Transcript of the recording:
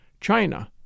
China